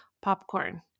popcorn